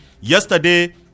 Yesterday